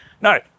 No